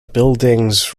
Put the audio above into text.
buildings